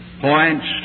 points